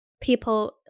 people